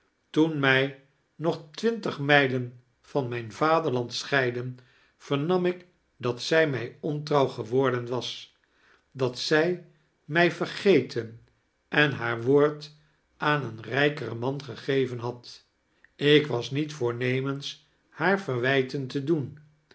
toen mij nog twintig mijlen van mijn vaderland scheidden vernam ik dat zij mij ontrouw geworden was dat zij mij vergeten en haar woord aan een rijkeren man gegeven had ik was niet voornemens haar verwijten te doen